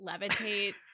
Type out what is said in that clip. levitate